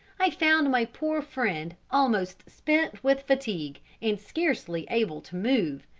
i found my poor friend almost spent with fatigue, and scarcely able to move,